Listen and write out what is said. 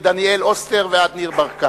מדניאל אוסטר ועד ניר ברקת?